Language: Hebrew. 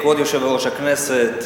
כבוד יושב-ראש הכנסת,